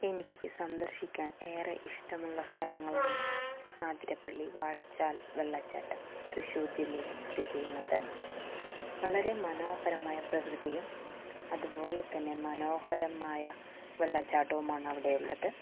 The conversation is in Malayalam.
എനിക്ക് സന്ദർശിക്കാൻ ഏറെ ഇഷ്ടമുള്ള സ്ഥലങ്ങളാണ് അതിരപ്പള്ളി വാഴച്ചാൽ വെള്ളച്ചാട്ടം തൃശൂർ ജില്ലയിൽ സ്ഥിതി ചെയ്യുന്നത് വളരെ മനോഹരമായ പ്രകൃതിയും അതുപോലെ തന്നെ മനോഹരമായ വെള്ളച്ചാട്ടവുമാണ് അവിടെ ഉള്ളത്